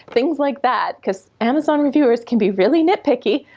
things like that cause amazon reviewers can be really nitpicky,